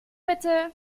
bitte